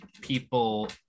people